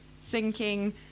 Sinking